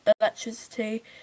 electricity